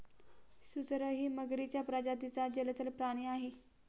सुसरही मगरीच्या प्रजातीचा जलचर प्राणी आहे